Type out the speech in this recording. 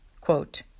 quote